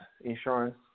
Insurance